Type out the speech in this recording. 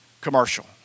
commercial